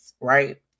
right